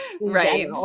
Right